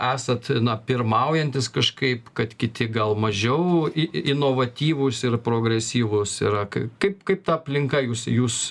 esat na pirmaujantys kažkaip kad kiti gal mažiau i inovatyvūs ir progresyvūs yra k kaip kaip ta aplinka jūs jūs